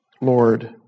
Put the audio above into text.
Lord